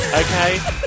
Okay